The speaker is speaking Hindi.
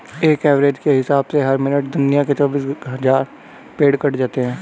एक एवरेज के हिसाब से हर मिनट दुनिया में चौबीस हज़ार पेड़ कट जाते हैं